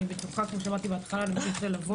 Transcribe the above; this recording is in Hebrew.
ואני בטוחה שנמשיך ללוות.